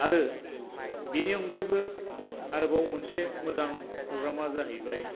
आरो बेनि अनगायैबो आरोबाव मोनसे मोजां प्रग्रामा जाहैबाय